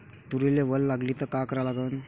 तुरीले वल लागली त का करा लागन?